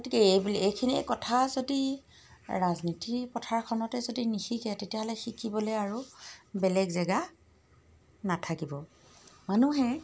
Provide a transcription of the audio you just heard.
গতিকে এই বুলি এইখিনিয়ে কথা যদি ৰাজনীতি পথাৰখনতে যদি নিশিকে তেতিয়াহ'লে শিকিবলৈ আৰু বেলেগ জেগা নাথাকিব মানুহে